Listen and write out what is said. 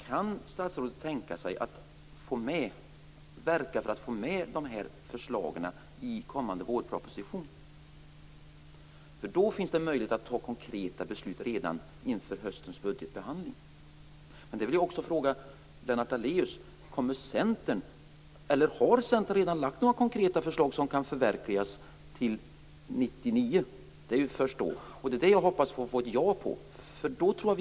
Kan statsrådet tänka sig att verka för att få med de här förslagen i kommande vårproposition? I så fall finns det möjlighet att fatta konkreta beslut redan inför höstens budgetbehandling. Jag vill då också fråga Lennart Daléus: Kommer Centern att lägga, eller har ni redan lagt fram några konkreta förslag som kan förverkligas till 1999? Jag hoppas få ett ja på den frågan.